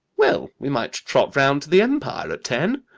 well, we might trot round to the empire at ten?